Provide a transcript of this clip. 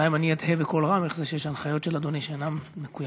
בינתיים אתהה בקול רם איך זה שיש הנחיות של אדוני שאינן מקוימות.